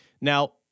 now